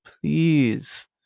please